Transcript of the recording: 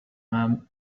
man